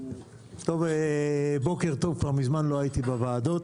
טוב, כבר מזמן לא הייתי בוועדות.